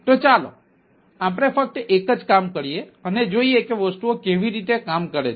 તો ચાલો આપણે ફક્ત એક જ કામ કરીએ અને જોઈએ કે વસ્તુઓ કેવી રીતે કામ કરે છે